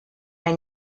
are